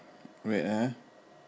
wait eh